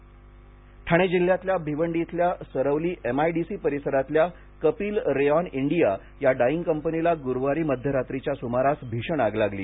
भिवंडी आग ठाणे जिल्ह्यातल्या भिवंडी इथल्या सरवली एमआयडीसी परीसरातल्या कपिल रेयॉन इंडिया या डाईग कंपनीला ग्रुवारी मध्यरात्रीच्या सुमारास भीषण आग लागली